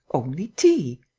only tea!